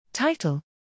Title